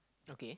okay